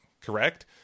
correct